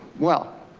well.